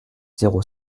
zéro